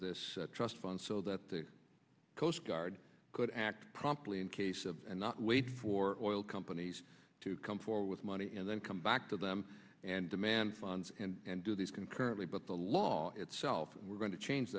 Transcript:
this trust fund so that the coast guard could act promptly in case of and not wait for oil companies to come forward with money and then come back to them and demand funds and do these concurrently but the law itself we're going to change